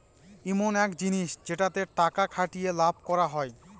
ইমন এক জিনিস যেটাতে টাকা খাটিয়ে লাভ করা হয়